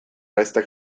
resta